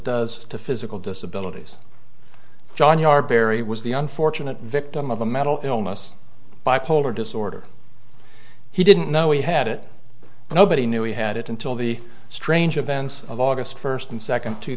does to physical disability john you are barry was the unfortunate victim of a mental illness bipolar disorder he didn't know he had it and nobody knew he had it until the strange events of august first and second two